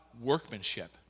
workmanship